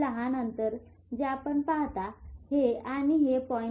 हे लहान अंतर जे आपण पाहता हे आणि हे 0